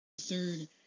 Third